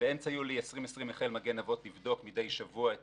באמצע יולי 2020 החל "מגן אבות ואימהות" לבדוק מדי שבוע את